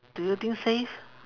do you think safe